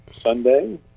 sunday